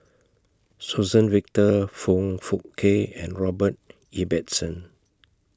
Suzann Victor Foong Fook Kay and Robert Ibbetson